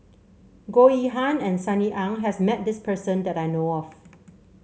Goh Yihan and Sunny Ang has met this person that I know of